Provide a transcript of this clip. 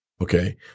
Okay